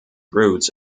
roots